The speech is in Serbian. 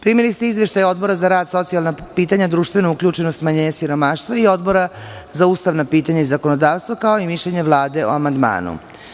Primili ste izveštaje Odbora za rad, socijalna pitanja, društvenu uključenost i smanjenje siromaštva i Odbora za ustavna pitanja i zakonodavstvo, kao i mišljenje Vlade o amandmanu.